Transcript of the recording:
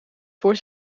voor